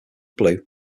blue